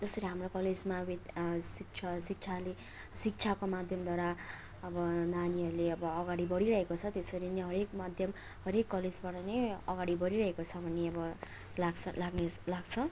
जसरी हाम्रो कलेजमा विद् शिक्षा शिक्षाले शिक्षाको माध्यमद्वारा अब नानीहरूले अब अगाडि बढिरहेको छ त्यसरी नै हरेक माध्यम हरेक कलेजबाट नै अगाडि बढिरहेको छ भने अब लाग्छ लाग्ने लाग्छ